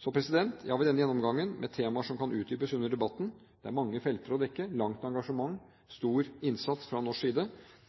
Jeg har ved denne gjennomgangen, med temaer som kan utdypes under debatten – det er mange felter å dekke, langt engasjement, stor innsats fra norsk side